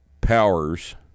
powers